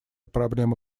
проблемы